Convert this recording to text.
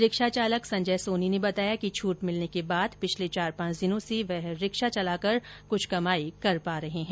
रिक्शाचालक संजय सोनी ने बताया कि छूट मिलने के बाद पिछले चार पांच दिनों से वह रिक्शा चलाकर कुछ कमाई कर पा रहे हैं